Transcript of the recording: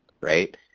right